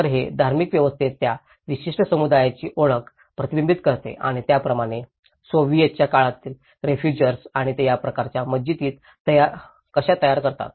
तर हे धार्मिक व्यवस्थेत त्या विशिष्ट समुदायाची ओळख प्रतिबिंबित करते आणि त्याचप्रमाणे सोव्हिएत त्या काळातील रेफुजिर्स आणि ते या प्रकारच्या मशिदी कशा तयार करतात